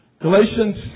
Galatians